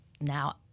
now